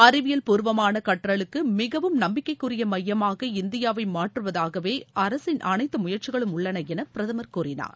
அறிவியல்பூர்வமான கற்றலுக்கு மிகவும் நம்பிக்கைக்குரிய மையமாக இந்தியாவை மாற்றுவதாகவே அரசின் அனைத்து முயற்சிகளும் உள்ளன என பிரதமர் கூறினார்